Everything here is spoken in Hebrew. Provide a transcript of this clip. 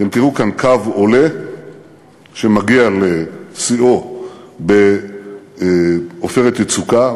אתם תראו כאן קו עולה שמגיע לשיאו ב"עופרת יצוקה",